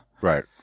Right